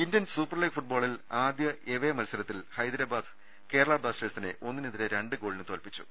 Indian super league ഫുട്ബോളിൽ ആദ്യ away മത്സര ത്തിൽ ഹൈദരാബാദ് കേരള ബ്ലാസ്റ്റേഴ്സിനെ ഒന്നി നെതിരെ രണ്ട് ഗോളിന് തോൽപ്പിച്ചു